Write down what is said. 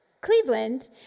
Cleveland